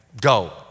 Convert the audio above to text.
go